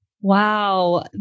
Wow